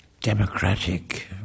Democratic